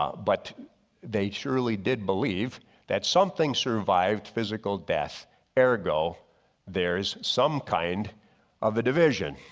but they surely did believe that something survived physical death ergo there's some kind of the division.